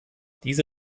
diese